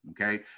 Okay